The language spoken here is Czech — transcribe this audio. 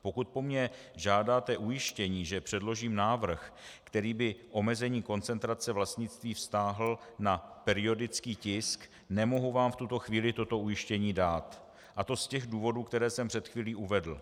Pokud po mně žádáte ujištění, že předložím návrh, který by omezení koncentrace vlastnictví vztáhl na periodický tisk, nemohu vám v tuto chvíli toto ujištění dát, a to z těch důvodů, které jsem před chvílí uvedl.